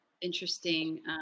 interesting